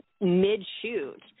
mid-shoot